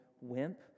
wimp